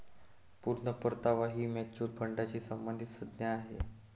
पूर्ण परतावा ही म्युच्युअल फंडाशी संबंधित संज्ञा आहे